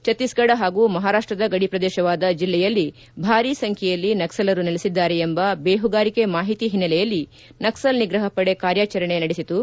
ಛತ್ತೀಸ್ಗಡ ಹಾಗೂ ಮಹಾರಾಷ್ಷದ ಗಡಿ ಪ್ರದೇಶವಾದ ಜಿಲ್ಲೆಯಲ್ಲಿ ಭಾರಿ ಸಂಖ್ಯೆ ನಕ್ಷಲರು ನೆಲೆಸಿದ್ದಾರೆ ಎಂಬ ಬೇಹುಗಾರಿಕೆ ಮಾಹಿತಿ ಹಿನ್ನೆಲೆಯಲ್ಲಿ ನಕಲ್ ನಿಗ್ರಹ ಪಡೆ ಕಾರ್ಯಾಚರಣೆ ನಡೆಸಿತು